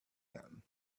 them